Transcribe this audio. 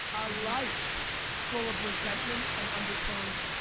a life full of resentment and undertones,